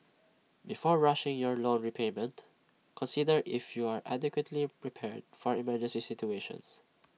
before rushing your loan repayment consider if you are adequately prepared for emergency situations